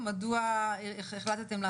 אנחנו מדברים כבר על